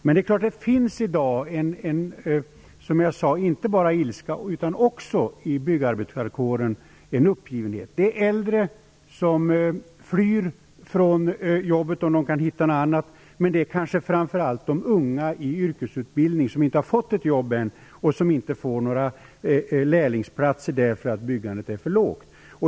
Men det finns i dag, som jag sade, inte bara en ilska utan också en uppgivenhet inom byggarbetarkåren. Äldre flyr från sina arbeten, om de kan hitta något annat, men kanske gäller det framför allt unga i yrkesutbildning, som ännu inte har fått ett jobb och som inte får några lärlingsplatser därför att byggandet är för lågt.